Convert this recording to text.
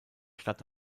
stadt